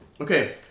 okay